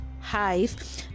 hive